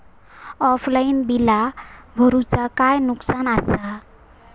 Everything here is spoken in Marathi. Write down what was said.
ऑफलाइन बिला भरूचा काय नुकसान आसा?